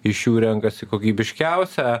iš jų renkasi kokybiškiausią